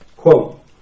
Quote